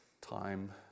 Time